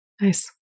Nice